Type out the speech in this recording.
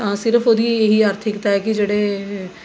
ਤਾਂ ਸਿਰਫ਼ ਉਹਦੀ ਇਹ ਹੀ ਆਰਥਿਕਤਾ ਹੈ ਕਿ ਜਿਹੜੇ